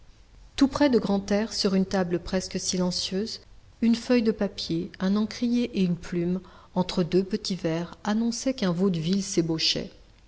tout près de grantaire sur une table presque silencieuse une feuille de papier un encrier et une plume entre deux petits verres annonçaient qu'un